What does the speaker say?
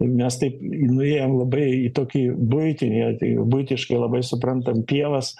mes taip nuėjom labai į tokį buitinį atvejį buitiškai labai suprantam pievas